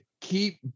keep